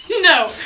No